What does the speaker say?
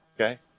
Okay